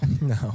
No